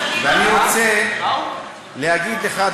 ואני רוצה להגיד לך,